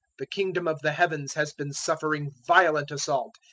the kingdom of the heavens has been suffering violent assault,